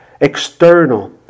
external